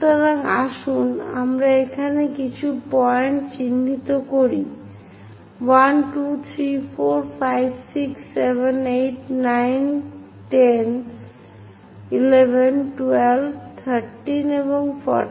সুতরাং আসুন আমরা এখানে কিছু পয়েন্ট চিহ্নিত করি 1 2 3 4 5 6 7 8 9 হয়তো 10 11 12 13 এবং 14